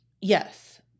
Yes